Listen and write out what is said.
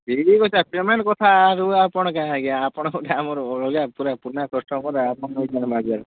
ଠିକ୍ ଅଛେ ପେମେଣ୍ଟ୍ କଥା ଆରୁ ଆପଣ କାଏଁ ଆଜ୍ଞା ଆପଣ କାଣ ଅଲଗା ଆପଣ ପରା ଆମର୍ ପୁରୁଣା କଷ୍ଟମର ଆପଣଙ୍କୁ କ'ଣ ମାଗ୍ବାର୍